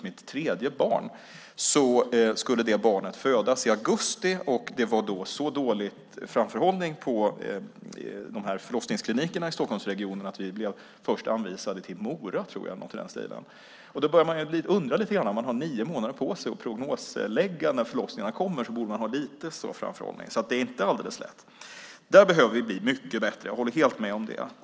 Mitt tredje barn skulle födas i augusti, och det var då så dålig framförhållning på förlossningsklinikerna i Stockholmsregionerna att vi först blev anvisade till Mora eller något i den stilen. Då börjar man undra lite grann. Om man har nio månader på sig att prognoslägga när förlossningar kommer borde man ha lite större framförhållning. Men det är inte alldeles lätt. Där behöver vi bli mycket bättre. Jag håller helt med om det.